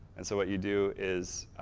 and so, what you do is,